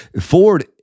Ford